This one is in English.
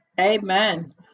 Amen